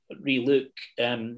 re-look